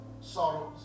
sorrows